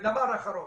דבר אחרון.